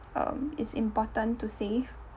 um it's important to save